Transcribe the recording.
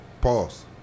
Pause